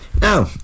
Now